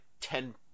ten